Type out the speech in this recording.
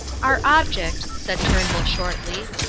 our object, said turnbull, shortly,